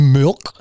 Milk